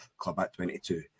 CLUBAT22